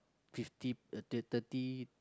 fifty uh thirty